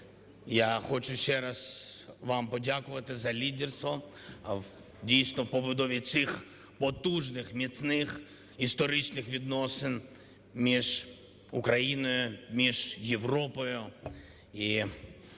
я хочу ще раз вам подякувати за лідерство в, дійсно, побудові цих потужних, міцних історичних відносин між Україною, між Європою,